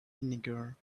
vinegar